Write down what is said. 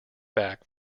back